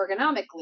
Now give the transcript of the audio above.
ergonomically